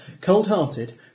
Cold-hearted